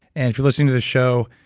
and if you're listening to the show,